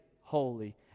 holy